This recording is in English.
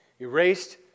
erased